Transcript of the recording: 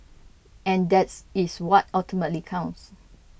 and that is what ultimately counts